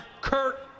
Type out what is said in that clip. Kurt